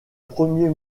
premier